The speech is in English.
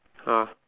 ah